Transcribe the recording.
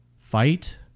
fight